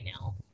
now